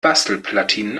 bastelplatinen